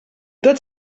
tot